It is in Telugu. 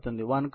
867 0 1 0